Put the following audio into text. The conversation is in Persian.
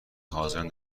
حاضران